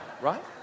Right